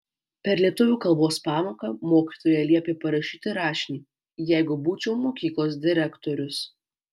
per lietuvių kalbos pamoką mokytoja liepė parašyti rašinį jeigu būčiau mokyklos direktorius